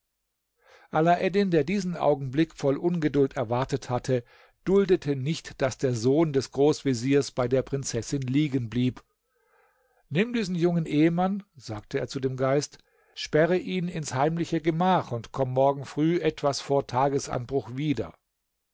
alaeddin der diesen augenblick voll ungeduld erwartet hatte duldete nicht daß der sohn des großveziers bei der prinzessin liegen blieb nimm diesen jungen ehemann sagte er zu dem geist sperre ihn ins heimliche gemach und komm morgen früh etwas vor tagesanbruch wieder